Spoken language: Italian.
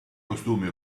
costumi